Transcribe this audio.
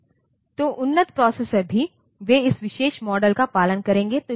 तो उन्नत प्रोसेसर भी वे इस विशेष मॉडल का पालन करेंगे